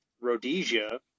Rhodesia